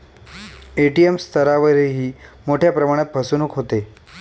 ATM स्तरावरही मोठ्या प्रमाणात फसवणूक होते